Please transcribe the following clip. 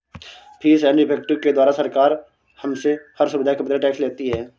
fees and effective के द्वारा सरकार हमसे हर सुविधा के बदले टैक्स लेती है